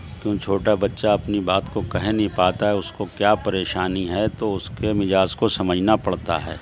کیوں چھوٹا بچہ اپنی بات کو کہہ نہیں پاتا ہے اس کو کیا پریشانی ہے تو اس کے مزاج کو سمجھنا پڑتا ہے